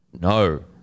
no